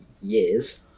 years